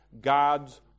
God's